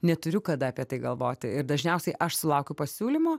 neturiu kada apie tai galvoti ir dažniausiai aš sulaukiu pasiūlymo